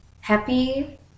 Happy